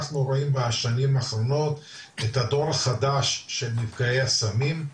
אנחנו רואים בשנים האחרונות את הדור החדש של נפגעי הסמים,